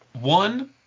One